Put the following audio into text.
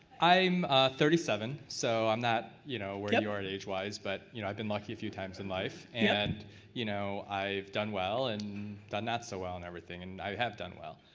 i'm thirty seven, so i'm not you know, where yeah you are at, age wise but you know, i've been lucky a few times in life, and you know i've done well and done not so well on and everything. and i have done well.